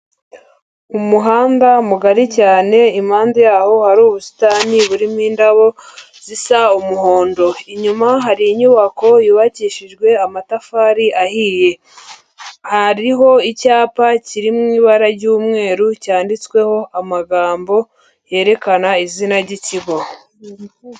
Umuhanda mugari cyane, impande yaho hari ubusitani burimo indabo, zisa umuhondo. Inyuma hari inyubako yubakishijwe amatafari ahiye. Hariho icyapa, kiri mu ibara ry'umweru, cyanditsweho amagambo yerekana izina ry'ikigo.